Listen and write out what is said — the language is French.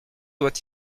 doit